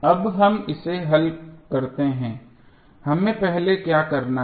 अब हम इसे हल करते हैं हमें पहले क्या करना है